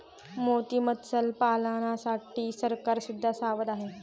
मोती मत्स्यपालनासाठी सरकार सुद्धा सावध आहे